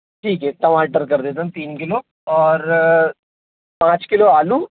ठीक है टमाटर कर देता हूँ तीन किलो और पाँच किलो आलू